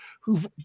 who've